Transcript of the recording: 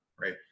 right